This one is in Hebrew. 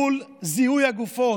מול זיהוי הגופות,